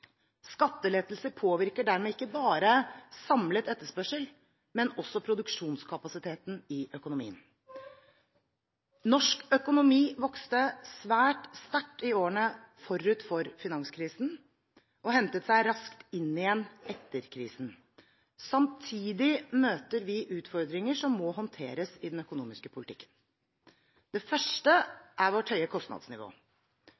Skattelettelser påvirker dermed ikke bare samlet etterspørsel, men også produksjonskapasiteten i økonomien. Norsk økonomi vokste svært sterkt i årene forut for finanskrisen og hentet seg raskt inn igjen etter krisen. Samtidig møter vi utfordringer som må håndteres i den økonomiske politikken. Det